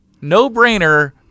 no-brainer